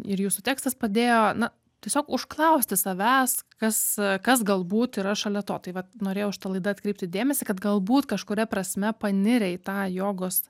ir jūsų tekstas padėjo na tiesiog užklausti savęs kas kas galbūt yra šalia to tai vat norėjau šita laida atkreipti dėmesį kad galbūt kažkuria prasme panirę į tą jogos